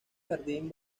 jardín